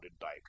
Dyke